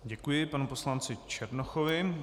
Děkuji panu poslanci Černochovi.